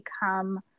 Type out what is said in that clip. become